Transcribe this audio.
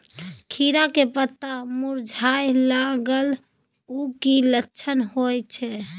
खीरा के पत्ता मुरझाय लागल उ कि लक्षण होय छै?